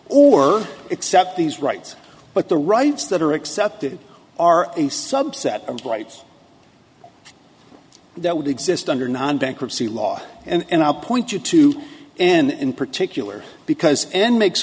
accept these rights but the rights that are accepted are a subset of rights that would exist under non bankruptcy law and i'll point you to and in particular because and makes